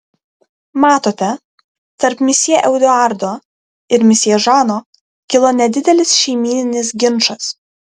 matote tarp mesjė eduardo ir mesjė žano kilo nedidelis šeimyninis ginčas